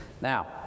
Now